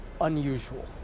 unusual